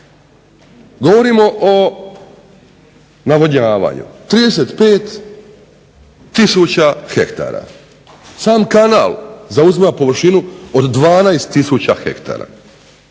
Govorimo o navodnjavanju 35 tisuća hektara. Sam kanal zauzima površinu od 12 tisuća hektara,